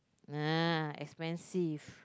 nah expensive